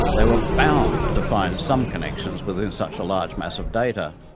they were bound to find some connections within such a large mass of data.